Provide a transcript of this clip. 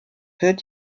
wird